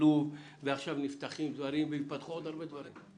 השילוב ועכשיו נפתחים דברים וייפתחו עוד הרבה דברים.